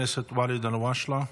חבר הכנסת ואליד אלהואשלה.